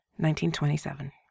1927